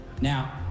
Now